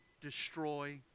destroy